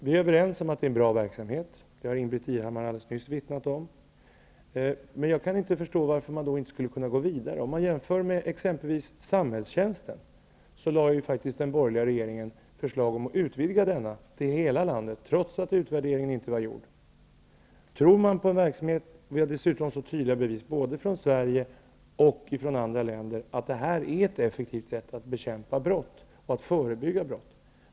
Vi är överens om att det är en bra verksamhet. Det har Ingbritt Irhammar alldeles nyss vittnat om. Jag kan inte förstå varför man inte skulle kunna gå vidare. I fråga om t.ex. samhällstjänsten lade faktiskt den borgerliga regeringen fram ett förslag om att utvidga denna till hela landet, trots att utvärderingen inte var klar. Vi har dessutom tydliga bevis både från Sverige och från andra länder på att det här är ett effektivt sätt att bekämpa och förebygga brott.